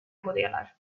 ägodelar